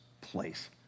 place